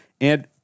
and-